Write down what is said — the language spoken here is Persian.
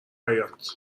حباط